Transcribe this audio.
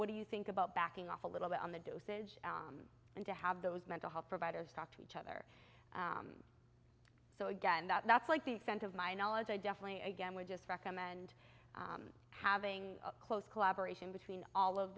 what do you think about backing off a little bit on the dosage and to have those mental health providers talk to each other so again that's like the extent of my knowledge i definitely again would just recommend having a close collaboration between all of